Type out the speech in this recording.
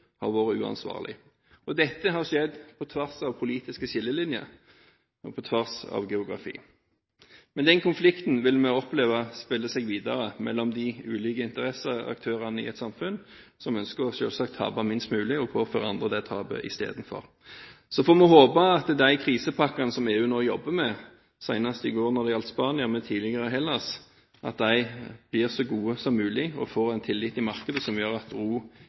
har vært uansvarlige. Dette har skjedd på tvers av politiske skillelinjer og på tvers av geografi. Men denne konflikten vil vi oppleve at spiller seg videre mellom de ulike interesseaktørene i et samfunn som selvsagt ønsker å tape minst mulig og påføre andre det tapet istedenfor. Så får vi håpe at de krisepakkene som EU nå jobber med – senest i går når det gjaldt Spania, men tidligere for Hellas – blir så gode som mulig og får en tillit i markedet som gjør at ro